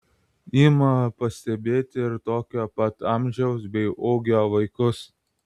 ima pastebėti ir tokio pat amžiaus bei ūgio vaikus